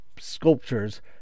sculptures